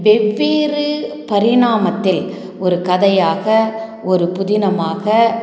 வெவ்வேறு பரிணாமத்தில் ஒரு கதையாக ஒரு புதினமாக